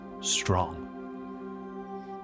strong